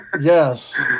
Yes